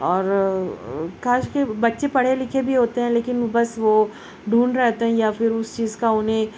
اور کاش کہ بچے پڑھے لکھے بھی ہوتے ہیں لیکن بس وہ ڈھونڈ رہتے ہیں یا پھر اس چیز کا انہیں